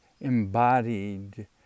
embodied